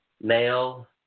male